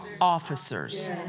officers